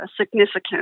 significant